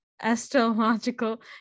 astrological